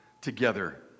together